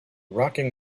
rocking